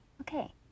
okay